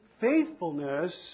faithfulness